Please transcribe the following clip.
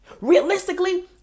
Realistically